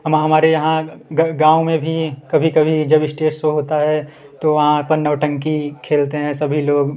हम हमारे यहाँ गाँव में भी कभी कभी जब स्टेज शो होता है तो वहाँ अपन नौटंकी खेलते हैं सभी लोग